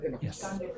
Yes